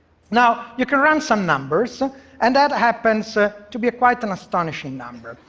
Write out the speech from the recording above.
now, you can run some numbers and that happens ah to be quite an astonishing number.